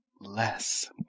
less